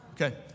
Okay